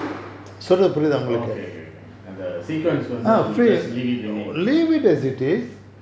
orh okay okay வந்து:vanthu you just leaave it remain